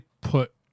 put